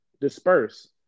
disperse